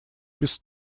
без